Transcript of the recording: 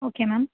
okay ma'am